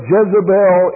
Jezebel